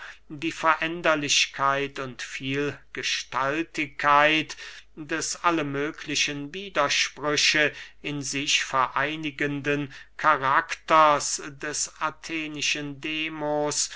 die veränderlichkeit und vielgestaltigkeit des alle mögliche widersprüche in sich vereinigenden karakters des athenischen demos